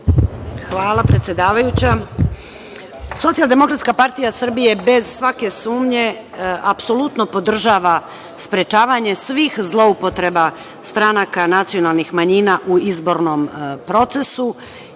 Hvala predsedavajuća. Socijaldemokratska partija Srbije bez svake sumnje, apsolutno podržava sprečavanje svih zloupotreba stranaka nacionalnih manjina u izbornom procesu